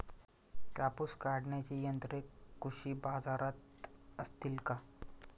कापूस काढण्याची यंत्रे कृषी बाजारात असतील का?